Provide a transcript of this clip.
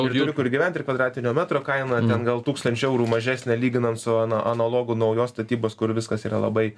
turiu kur gyvent ir kvadratinio metro kaina ten gal tūkstančiu eurų mažesnė lyginant su analogu naujos statybos kur viskas yra labai